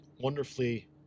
Wonderfully